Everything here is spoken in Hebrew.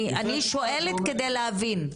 אני שואלת כדי להבין,